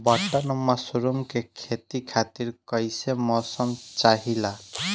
Button mushroom के खेती खातिर कईसे मौसम चाहिला?